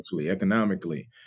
economically